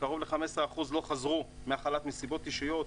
קרוב ל-15% לא חזרו מהחל"ת מסיבות אישיות.